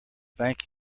thank